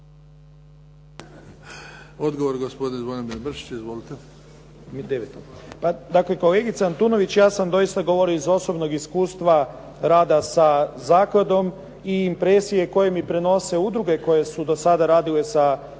Odgovor gospodin Zvonimir Mršić. Izvolite. **Mršić, Zvonimir (SDP)** Pa kolegice Antunović, ja sam doista govorio iz osobnog iskustva rada sa zakladom i impresije koje mi prenose udruge koje su do sada radile sa zakladom